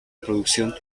producción